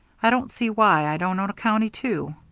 i don't see why i don't own a county too.